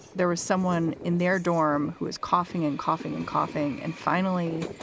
there was someone in their dorm who is coughing and coughing and coughing. and finally,